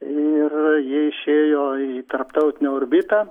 ir jie išėjo į tarptautinę orbitą